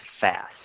fast